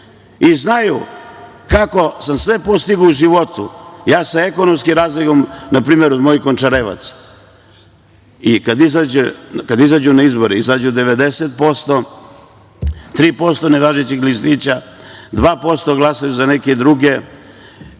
i znaju kako sam sve postigao u životu, ja sa ekonomskim razvojem npr. od mojih Končarevaca, i kada izađu na izbore, izađe 90%, 3% nevažećih listića, 2% glasaju za neke druge